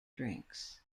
drinks